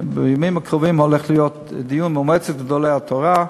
בימים הקרובים הולך להיות דיון במועצת גדולי התורה.